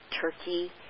Turkey